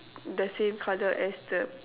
the same colour as the